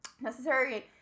necessary